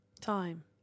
time